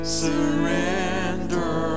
surrender